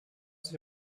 sich